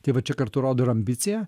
tai va čia kartu rodo ir ambiciją